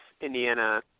Indiana